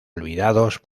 olvidados